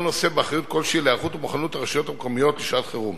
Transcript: נושא באחריות כלשהי להיערכות ומוכנות של הרשויות המקומיות לשעת חירום.